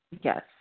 Yes